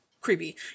creepy